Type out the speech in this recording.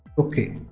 ok.